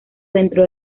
dentro